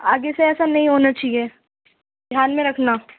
آگے سے ایسے نہیں ہونا چاہیے دھیان میں رکھنا